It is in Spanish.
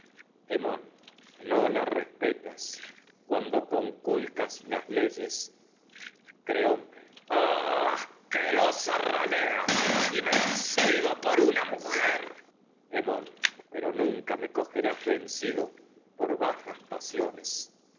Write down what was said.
respeto a mi respetas cuando conculcas las leyes creonte oh asquerosa ralea y vencido por una mujer hemón pero nunca me cogerás vencido por bajas pasiones